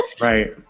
Right